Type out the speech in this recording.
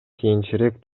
кийинчерээк